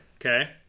Okay